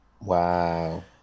Wow